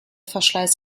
verschleiß